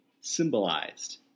symbolized